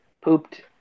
pooped